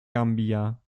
gambia